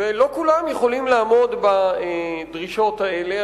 ולא כולם יכולים לעמוד בדרישות האלה,